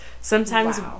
Sometimes-